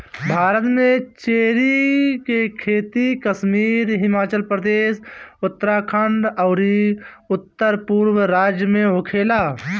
भारत में चेरी के खेती कश्मीर, हिमाचल प्रदेश, उत्तरखंड अउरी उत्तरपूरब राज्य में होखेला